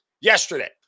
Yesterday